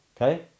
Okay